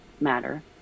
matter